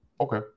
okay